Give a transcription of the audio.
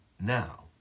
now